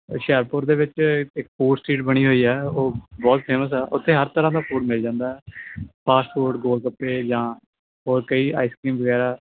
ਹੁਸ਼ਿਆਰਪੁਰ ਦੇ ਵਿੱਚ ਇੱਕ ਫੂਡ ਸਟੀਟ ਬਣੀ ਹੋਈ ਆ ਉਹ ਬਹੁਤ ਫੇਮਸ ਆ ਉਥੇ ਹਰ ਤਰ੍ਹਾਂ ਦਾ ਫੂਡ ਮਿਲ ਜਾਂਦਾ ਫਾਸਟਫੂਡ ਗੋਲ ਗੱਪੇ ਜਾਂ ਹੋਰ ਕਈ ਆਈਸਕ੍ਰੀਮ ਵਗੈਰਾ